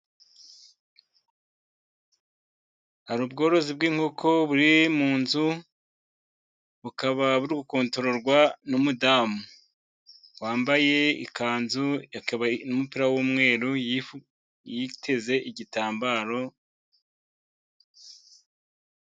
Hari ubworozi bw'inkoko buri mu nzu, bukaba buri gukontororwa n'umudamu wambaye ikanzu, n'umupira w'umweru yiteze igitambaro.